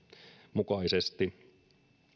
mukaisesti